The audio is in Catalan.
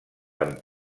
amb